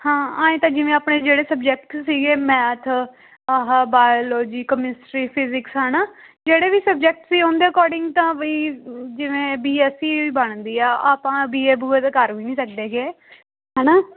ਹਾਂ ਆਏਂ ਤਾਂ ਜਿਵੇਂ ਆਪਣੇ ਜਿਹੜੇ ਸਬਜੈਕਟ ਸੀਗੇ ਮੈਥ ਆਹਾ ਬਾਇਲੋਜੀ ਕਮਿਸਟਰੀ ਫਿਜਿਕਸ ਹੈ ਨਾ ਜਿਹੜੇ ਵੀ ਸਬਜੈਕਟ ਸੀ ਉਹਦੇ ਅਕੋਰਡਿੰਗ ਤਾਂ ਵੀ ਜਿਵੇਂ ਬੀ ਐਸ ਈ ਬਣਦੀ ਆ ਆਪਾਂ ਬੀ ਏ ਬੂਏ ਤਾਂ ਕਰ ਵੀ ਨਹੀਂ ਸਕਦੇ ਹੈਗੇ ਹੈ ਨਾ